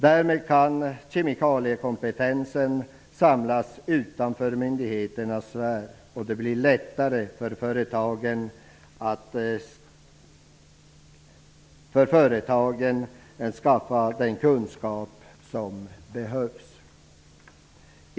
Därmed kan kemikaliekompetensen samlas utanför myndigheternas sfär. Det blir lättare för företagen att skaffa den kunskap som behövs.